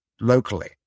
locally